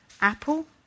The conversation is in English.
Apple